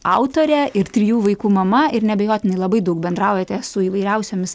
autorė ir trijų vaikų mama ir neabejotinai labai daug bendraujate su įvairiausiomis